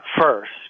first